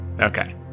Okay